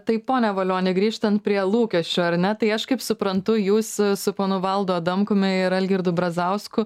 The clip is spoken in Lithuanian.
tai pone valioni grįžtant prie lūkesčių ar ne tai aš kaip suprantu jūs su ponu valdu adamkumi ir algirdu brazausku